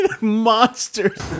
monsters